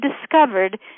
discovered